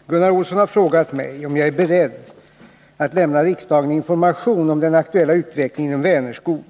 Herr talman! Gunnar Olsson har frågat mig dels om jag är beredd att lämna riksdagen information om den aktuella utvecklingen inom Vänerskog